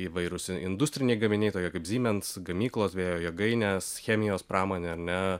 įvairūs industriniai gaminiai tokie kaip siemens gamyklos vėjo jėgainės chemijos pramonė ne